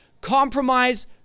Compromise